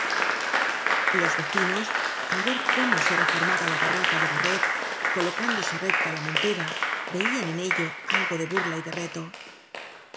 los vecinos al ver cómo se reformaba la barraca de barret colocándose recta la mon tera veían en ello algo de burla y de reto